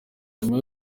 nyuma